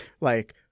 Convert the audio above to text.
like-